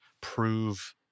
prove